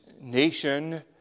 nation